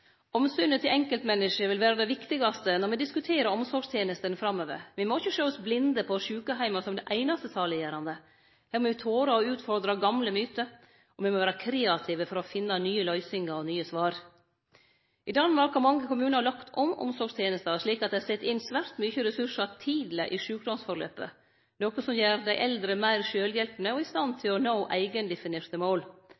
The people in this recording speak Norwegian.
Omsynet til enkeltmennesket vil vere det viktigaste når me diskuterer omsorgstenestene framover. Me må ikkje sjå oss blinde på sjukeheimar som det einaste saliggjerande. Her må me tore å utfordre gamle myter, og me må vere kreative for å finne nye løysingar og nye svar. I Danmark har mange kommunar lagt om omsorgstenesta slik at dei set inn svært mykje ressursar tidleg i sjukdomsutviklinga, noko som gjer dei eldre meir sjølvhjelpne og i stand